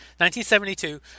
1972